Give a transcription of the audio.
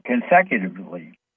consecutively